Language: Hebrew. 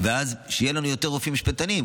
ואז יהיו לנו יותר רופאים משפטנים.